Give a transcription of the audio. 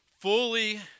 fully